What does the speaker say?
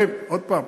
עוד פעם,